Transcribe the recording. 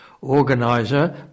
Organiser